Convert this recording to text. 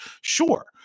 Sure